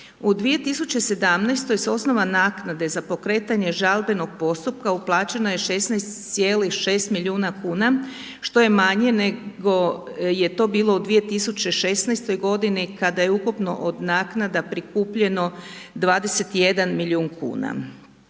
U 2017. s osnova naknade za pokretanje žalbenog postupka uplaćeno je 16,6 milijuna kuna, što je manje nego je to bilo u 2016. godini kada je ukupno od naknada prikupljeno 21 milijun kuna.